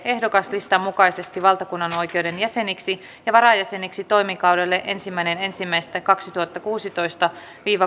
ehdokaslistan mukaisesti valtakunnanoikeuden jäseniksi ja varajäseniksi toimikaudelle ensimmäinen ensimmäistä kaksituhattakuusitoista